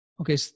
Okay